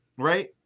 right